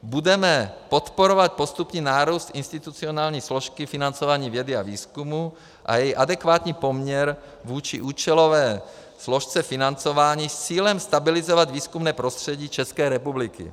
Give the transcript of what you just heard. Budeme podporovat postupný nárůst institucionální složky financování vědy a výzkumu a její adekvátní poměr vůči účelové složce financování s cílem stabilizovat výzkumné prostředí České republiky.